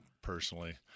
personally